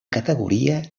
categoria